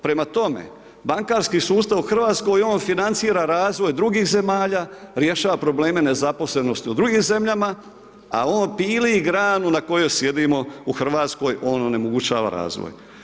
Prema tome, bankarski sustav u Hrvatskoj on financira razvoj drugih zemalja, rješava probleme nezaposlenosti u drugim zemljama, a on pili granu na kojoj sjedimo u Hrvatskoj, on onemogućava razvoj.